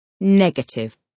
negative